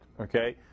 okay